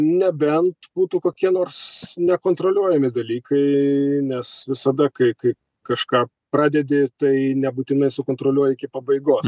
nebent būtų kokie nors nekontroliuojami dalykai nes visada kai kai kažką pradedi tai nebūtinai sukontroliuoji iki pabaigos